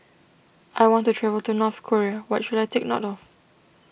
I want to travel to North Korea what should I take note of